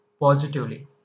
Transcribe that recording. positively